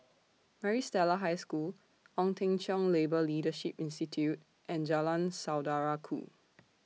Maris Stella High School Ong Teng Cheong Labour Leadership Institute and Jalan Saudara Ku